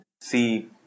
see